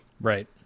Right